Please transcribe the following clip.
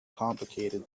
complicated